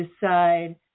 decide